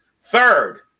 Third